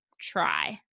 try